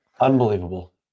Unbelievable